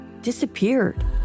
disappeared